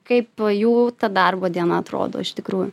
kaip jų ta darbo diena atrodo iš tikrųjų